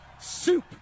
Soup